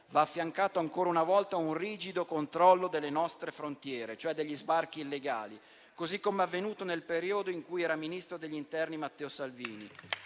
va affiancato ancora una volta un rigido controllo delle nostre frontiere, cioè degli sbarchi illegali, così come è avvenuto nel periodo in cui Ministro dell'interno era Matteo Salvini,